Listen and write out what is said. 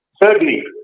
Thirdly